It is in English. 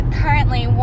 currently